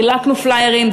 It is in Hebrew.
חילקנו פלאיירים,